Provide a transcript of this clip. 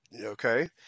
okay